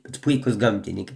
bet puikūs gamtininkai